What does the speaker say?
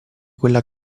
quella